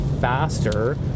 faster